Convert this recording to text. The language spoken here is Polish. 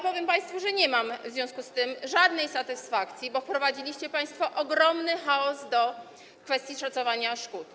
Powiem państwu, że nie mam w związku z tym żadnej satysfakcji, bo wprowadziliście państwo ogromny chaos w kwestii szacowania szkód.